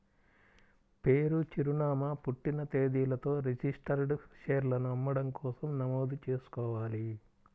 పేరు, చిరునామా, పుట్టిన తేదీలతో రిజిస్టర్డ్ షేర్లను అమ్మడం కోసం నమోదు చేసుకోవాలి